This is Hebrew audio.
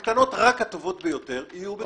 הקטנות, רק הטובות ביותר יהיו בתאגיד.